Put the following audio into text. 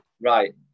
right